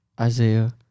Isaiah